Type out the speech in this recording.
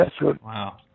Wow